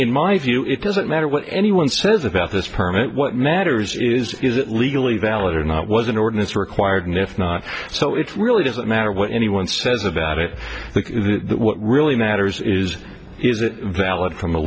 in my view it doesn't matter what anyone says about this permit what matters is is it legally valid or not was an ordinance required and if not so it really doesn't matter what anyone says about it what really matters is is it valid from a